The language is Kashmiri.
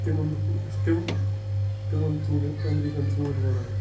تِمَن دۄہَن أسۍ تِم تِمَن ژوٗنٛٹھٮ۪ن اَمریٖکَن ژوٗنٛٹھۍ وَنان